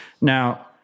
Now